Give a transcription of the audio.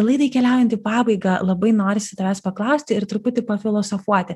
laidai keliaujant į pabaigą labai norisi tavęs paklausti ir truputį pafilosofuoti